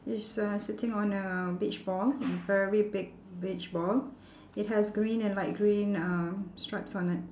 is uh sitting on a beach ball a very big beach ball it has green and light green um stripes on it